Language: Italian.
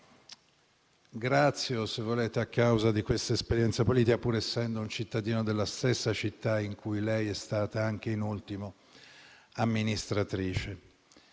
grazie o, se volete, a causa di questa esperienza politica, pur essendo un cittadino della stessa città in cui lei è stata, anche da ultimo, amministratrice.